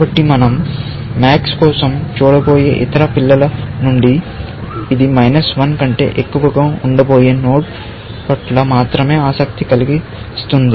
కాబట్టి మనం MAX కోసం చూడబోయే ఇతర పిల్లల నుండి ఇది కంటే ఎక్కువగా ఉండబోయే నోడ్ పట్ల మాత్రమే ఆసక్తి కలిగిస్తుంది